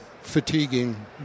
fatiguing